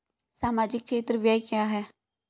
सामाजिक क्षेत्र व्यय क्या है?